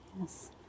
Yes